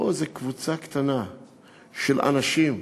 פה זה קבוצה קטנה של אנשים,